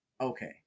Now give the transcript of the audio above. Okay